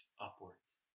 upwards